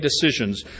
decisions